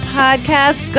podcast